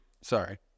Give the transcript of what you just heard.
Sorry